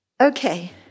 Okay